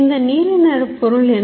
இந்த நீல நிற பொருள் என்ன